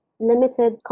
limited